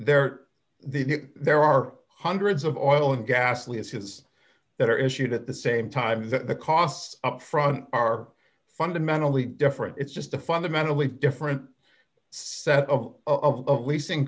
there there are hundreds of oil and gas leases that are issued at the same time that the costs up front are fundamentally different it's just a fundamentally different set of a leasing